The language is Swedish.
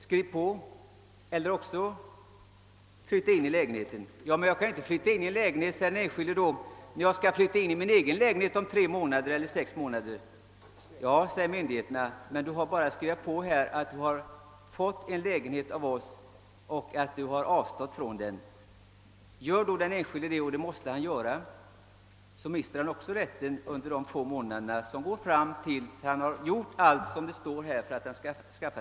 Skriv på och flytta in i lägenheten.» — »Jag kan inte flytta in i lägenheten», säger den enskilde då, »när jag skall flytta in i en annan lägenhet om tre eller sex månader.» — »Du har bara att skriva på att Du fått en lägenhet av oss och avstått från den», säger myndigheterna. Gör den enskilde detta mister han rätten till anståndstraktamente.